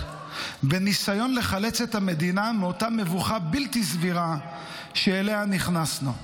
בניסיון לחלץ את המדינה מאותה מבוכה בלתי סבירה שאליה נכנסנו.